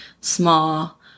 small